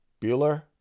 Bueller